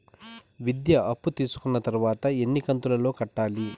విద్య అప్పు తీసుకున్న తర్వాత ఎన్ని కంతుల లో కట్టాలి?